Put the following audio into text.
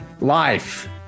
life